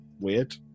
weird